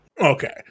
Okay